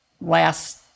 last